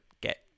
get